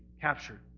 captured